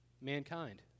mankind